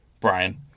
Brian